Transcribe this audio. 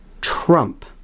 Trump